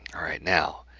all right! now,